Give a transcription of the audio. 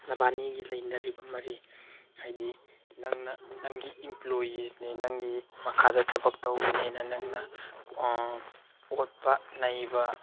ꯅꯕꯥꯅꯤꯒꯤ ꯂꯩꯅꯔꯤꯕ ꯃꯔꯤ ꯍꯥꯏꯗꯤ ꯅꯪꯅ ꯅꯪꯒꯤ ꯏꯝꯄ꯭ꯂꯣꯌꯤꯁꯅꯤ ꯅꯪꯒꯤ ꯃꯈꯥꯗ ꯊꯕꯛ ꯇꯧꯕꯅꯤꯅ ꯅꯪꯅ ꯑꯣꯠꯄ ꯅꯩꯕ